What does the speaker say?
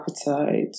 appetite